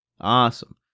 Awesome